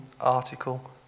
article